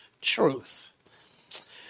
truth